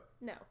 no